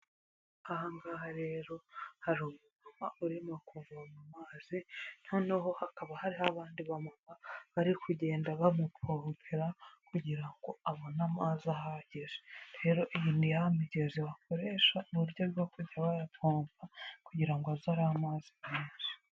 Aha ngaha rero hari umumama urimo kuvoma amazi, noneho hakaba hari abandi bamama bari kugenda bamupompera kugira ngo abone amazi ahagije, rero iyi ni ya migezi bakoresha uburyo bwo kujya bayapomba kugira ngo aze, ari amazi menshi.